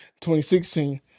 2016